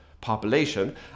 population